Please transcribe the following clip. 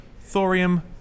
thorium